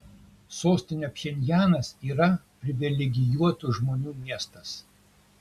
sostinė pchenjanas yra privilegijuotų žmonių miestas